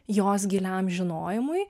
jos giliam žinojimui